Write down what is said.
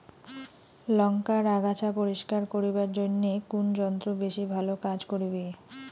লংকার আগাছা পরিস্কার করিবার জইন্যে কুন যন্ত্র বেশি ভালো কাজ করিবে?